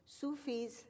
Sufis